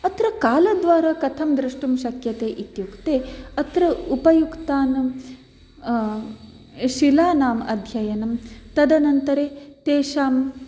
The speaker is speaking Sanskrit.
अत्र काल द्वारा कथं द्रष्टुं शक्यते इत्युक्ते अत्र उपयुक्तानां शिलानाम् अध्ययनं तदनन्तरं तेषाम्